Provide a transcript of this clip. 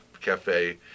Cafe